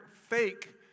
fake